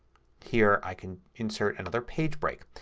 here i can insert another page break.